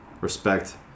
respect